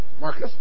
Marcus